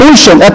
Ocean